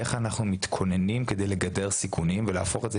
איך אנחנו מתכוננים כדי לגדר סיכונים ולהפוך את זה